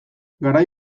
garai